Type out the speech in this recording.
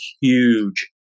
huge